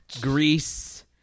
Greece